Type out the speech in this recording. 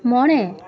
ᱢᱚᱬᱮ